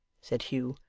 said hugh,